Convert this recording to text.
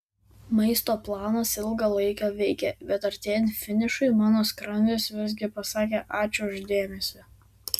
maisto planas ilgą laiką veikė bet artėjant finišui mano skrandis visgi pasakė ačiū už dėmesį